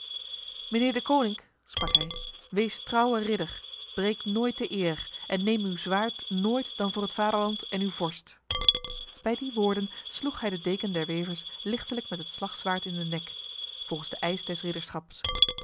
deconinck sprak hij wees trouwe ridder breek nooit de eer en neem uw zwaard nooit dan voor het vaderland en uw vorst bij die woorden sloeg hij de deken der wevers lichtelijk met het slagzwaard in de nek volgens de